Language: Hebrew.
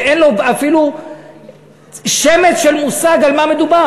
ואין לו אפילו שמץ של מושג על מה מדובר,